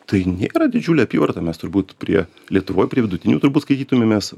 tai nėra didžiulė apyvarta mes turbūt prie lietuvoj prie vidutinių turbūt skaitytumėmės